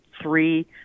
three